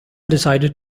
decided